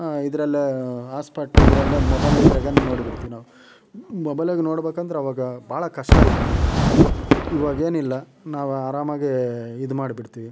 ಇದರಲ್ಲೇ hot spot ಇದ್ರಲ್ಲೇ mobile ಇದ್ರಾಗೇನೆ ನೋಡ್ಬಿಡ್ತೀವಿ ನಾವು ಮೊಬೈಲಾಗೆ ನೋಡ್ಬೇಕೆಂದ್ರೆ ಅವಾಗ ಭಾಳ ಕಷ್ಟ ಇತ್ತು ಇವಾಗೇನಿಲ್ಲ ನಾವು ಆರಾಮಾಗಿ ಇದು ಮಾಡ್ಬಿಡ್ತೀವಿ